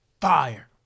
fire